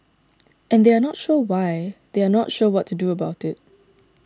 and they are not sure why they are not sure what to do about it